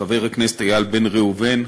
חבר הכנסת איל בן ראובן,